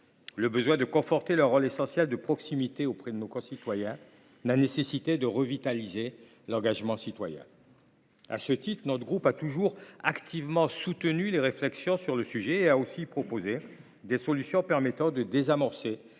le besoin de conforter leur rôle essentiel de proximité auprès de nos concitoyens, et la nécessité de revitaliser l’engagement citoyen. À ce titre, notre groupe a toujours activement soutenu les réflexions sur le sujet, et a aussi proposé des solutions permettant de désamorcer